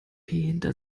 hinter